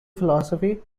philosophy